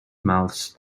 mouths